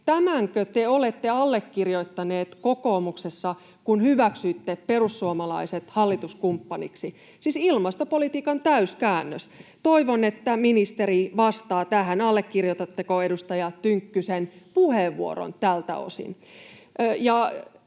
Tämänkö te olette allekirjoittaneet kokoomuksessa, kun hyväksyitte perussuomalaiset hallituskumppaniksi? Siis ilmastopolitiikan täyskäännös. Toivon, että ministeri vastaa tähän, allekirjoitatteko edustaja Tynkkysen puheenvuoron tältä osin.